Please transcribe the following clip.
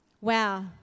Wow